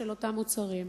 של אותם מוצרים.